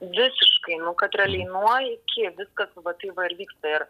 visiškai nu kad realiai nuo iki viskas va taip va ir vyksta ir